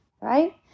Right